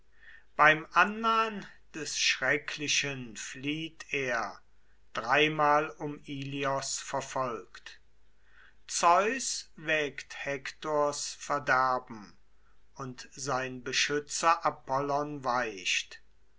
beim annahn des schrecklichen flieht er dreimal um ilios verfolgt zeus wägt hektors verderben und sein beschützer apollon weicht